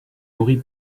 nourris